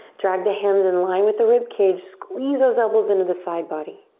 drag the hands in line with the rib cage. squeeze those elbows into the side body.